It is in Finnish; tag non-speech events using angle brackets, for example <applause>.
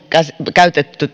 käytetty <unintelligible>